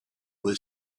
was